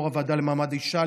יו"ר הוועדה למעמד האישה,